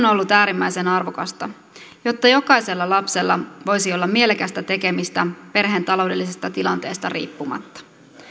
ollut äärimmäisen arvokasta jotta jokaisella lapsella voisi olla mielekästä tekemistä perheen taloudellisesta tilanteesta riippumatta